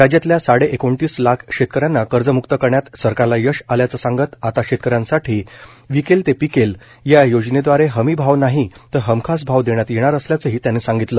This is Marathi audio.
राज्यातल्या साडेएकोणतीस लाख शेतकऱ्यांना कर्जम्क्त करण्यात सरकारला यश आल्याचं सांगत आता शेतकऱ्यांसाठी विकेल ते पिकेल या योजनेदवारे हमी भाव नाही तर हमखास भाव देण्यात येणार असल्याचंही त्यांनी सांगितलं